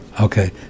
Okay